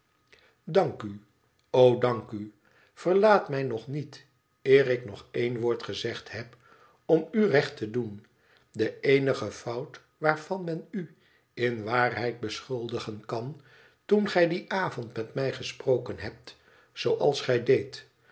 dank u o dank u verlaat mij nog niet eer ik nog één woord gezegd heb om u recht te doen de eenige fout waarvan men u in waarheid beschuldigen kan toen gij dien avond met mij gesproken hebt zooals gij deedt